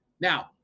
Now